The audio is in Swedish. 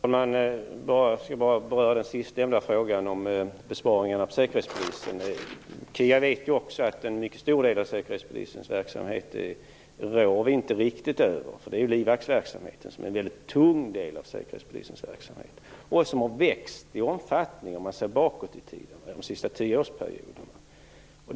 Herr talman! Det gäller den sista frågan, nämligen om besparingarna inom Säkerhetspolisen. Kia Andreasson vet att vi inte riktigt råder över en stor del av Säkerhetspolisens verksamhet. Livvaktsverksamheten är ju en väldigt tung del av säpos verksamhet och har växt i omfattning under den senaste tioårsperioden.